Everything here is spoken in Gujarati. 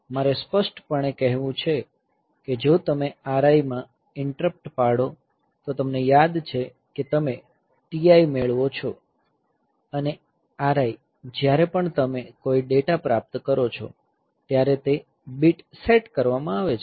મારે સ્પષ્ટપણે કહેવું છે કે જો તમે RI માં ઇન્ટરપ્ટ પાડો તો તમને યાદ છે કે તમે TI મેળવો છો અને RI જ્યારે પણ તમે કોઈ ડેટા પ્રાપ્ત કરો છો ત્યારે તે બીટ સેટ કરવામાં આવે છે